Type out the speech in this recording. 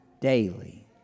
daily